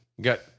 got